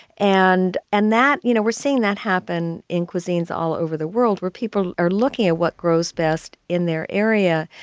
and and you know we're seeing that happen in cuisines all over the world, where people are looking at what grows best in their area,